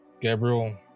Gabriel